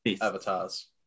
avatars